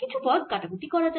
কিছু পদ কাটাকুটি করা যাক